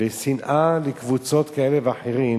והשנאה לקבוצות כאלה ואחרות,